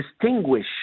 distinguish